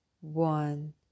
one